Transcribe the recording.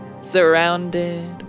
surrounded